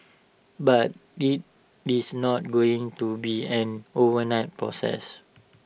but IT it's not going to be an overnight process